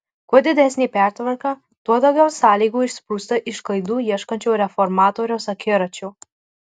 kuo didesnė pertvarka tuo daugiau sąlygų išsprūsta iš klaidų ieškančio reformatoriaus akiračio